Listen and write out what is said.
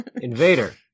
invader